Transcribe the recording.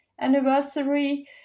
anniversary